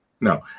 No